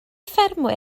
ffermwr